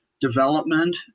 development